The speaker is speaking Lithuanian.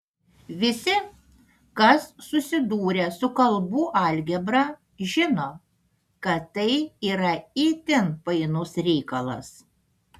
visi kas susidūrę su kalbų algebra žino kad tai yra itin painus reikalas